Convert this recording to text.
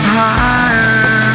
higher